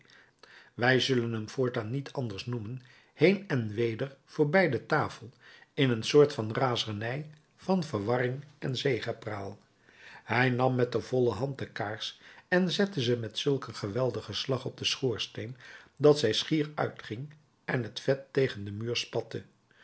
wij zullen hem voortaan niet anders noemen heen en weder voorbij de tafel in een soort van razernij van verwarring en zegepraal hij nam met de volle hand de kaars en zette ze met zulk een geweldigen slag op den schoorsteen dat zij schier uitging en het vet tegen den muur spatte